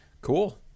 Cool